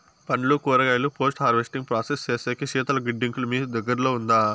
పండ్లు కూరగాయలు post harvesting process సేసేకి శీతల గిడ్డంగులు మీకు దగ్గర్లో ఉందా?